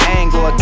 angle